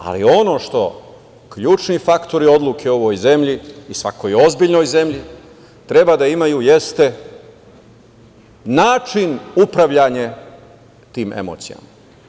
Ali, ono što ključni faktori odluke u ovoj zemlji i svakoj ozbiljnoj zemlji treba da imaju, jeste način upravljanja tim emocijama.